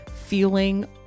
feeling